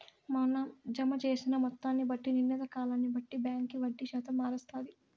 మన జమ జేసిన మొత్తాన్ని బట్టి, నిర్ణీత కాలాన్ని బట్టి బాంకీ వడ్డీ శాతం మారస్తాది